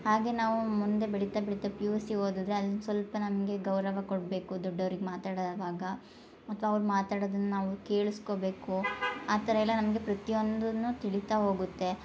ಹಾಗೆ ನಾವು ಮುಂದೆ ಬೆಳಿತಾ ಬೆಳಿತಾ ಪಿ ಯು ಸಿ ಓದಿದ್ರೆ ಅಲ್ಲಿ ಸ್ವಲ್ಪ ನಮಗೆ ಗೌರವ ಕೊಡಬೇಕು ದೊಡ್ಡವ್ರಿಗೆ ಮಾತಡವಾಗ ಮತ್ತು ಅವ್ರು ಮಾತಾಡೋದನ್ನ ನಾವು ಕೇಳ್ಸ್ಕೊಬೇಕು ಆ ಥರ ಎಲ್ಲ ನಮಗೆ ಪ್ರತಿಯೊಂದನ್ನು ತಿಳಿತಾ ಹೋಗುತ್ತೆ